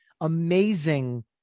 amazing